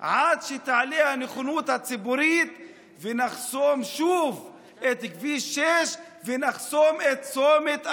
עד שתעלה הנכונות הציבורית ונחסום שוב את כביש 6 ונחסום את צומת איילון.